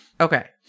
Okay